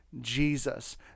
Jesus